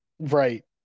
right